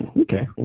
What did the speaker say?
Okay